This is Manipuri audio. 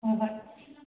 ꯍꯣ ꯍꯣꯏ